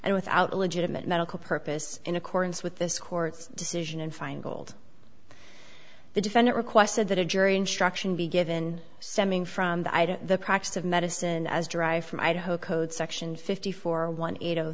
and without a legitimate medical purpose in accordance with this court's decision and feingold the defendant requested that a jury instruction be given summing from the practice of medicine as derived from idaho code section fifty four one eight